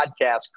podcast